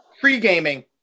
pre-gaming